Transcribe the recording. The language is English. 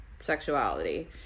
sexuality